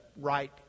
right